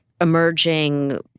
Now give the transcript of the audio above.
emerging